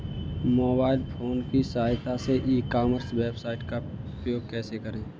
Mobile phone की सहायता से ई कॉमर्स वेबसाइट का उपयोग कैसे करें?